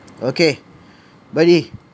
okay buddy